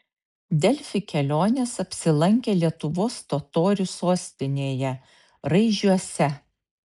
delfi kelionės apsilankė lietuvos totorių sostinėje raižiuose